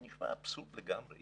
זה נשמע אבסורד לגמרי.